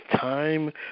time